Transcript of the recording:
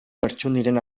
lertxundiren